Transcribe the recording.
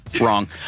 wrong